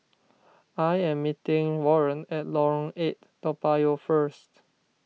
I am meeting Warren at Lorong eight Toa Payoh first